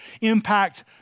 impact